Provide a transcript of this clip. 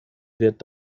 wird